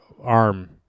arm